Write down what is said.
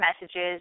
messages